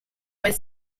was